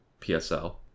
PSL